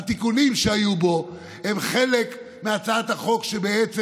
התיקונים שהיו בו הם חלק מהצעת החוק שבעצם